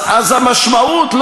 אז המשמעות,